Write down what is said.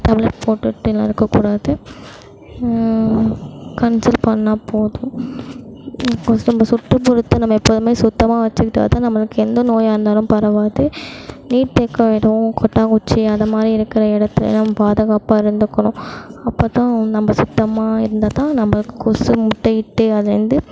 tablet போட்டுட்டேலாம் இருக்கக்கூடாது consult பண்ணா போதும் கொசு இந்த சுற்றுபுறத்த நம்ம எப்போதும் சுத்தமாக வெச்சுகிட்டா தான் நம்மளுக்கு எந்த நோயாக இருந்தாலும் பரவாது நீர் தேக்கம் எதுவும் கொட்டாங்குச்சி அது மாதிரி இருக்கிற இடத்துலலாம் பாதுகாப்பாக இருந்துக்கணும் அப்போ தான் நம்ம சுத்தமாக இருந்தால் தான் நம்ம கொசு முட்டையிட்டு அதுலேருந்து